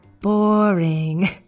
Boring